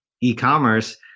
e-commerce